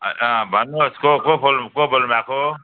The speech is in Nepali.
अँ अँ भन्नुहोस् को को बोल को बोल्नुभएको हो